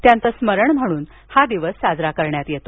त्याचं स्मरण म्हणून हा दिवस साजरा केला जातो